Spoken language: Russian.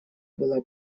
была